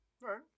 right